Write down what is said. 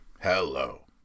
hello